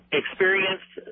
experienced